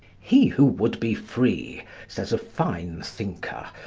he who would be free says a fine thinker,